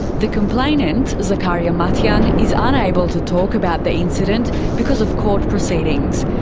the complainant, zacharia matiang, is unable to talk about the incident because of court proceedings,